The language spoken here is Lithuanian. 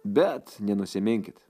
bet nenusiminkit